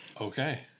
okay